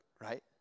right